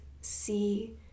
see